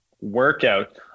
Workout